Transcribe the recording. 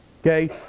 Okay